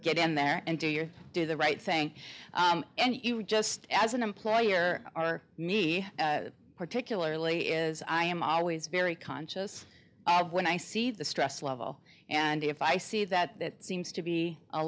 get in there and do your do the right thing and you just as an employer or me particularly is i am always very conscious of when i see the stress level and if i see that that seems to be a